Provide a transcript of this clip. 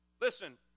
Listen